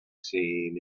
seen